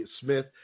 Smith